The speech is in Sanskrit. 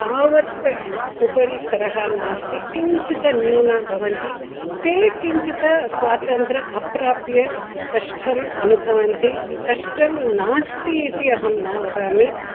तावत् उपरि स्तरः नास्ति किञ्चित् न्यूनाः भवन्ति ते किञ्चित् स्वातन्त्र्यम् अप्राप्य कष्टम् अनुभवन्ति कष्टं नास्ति इति अहं न वदामि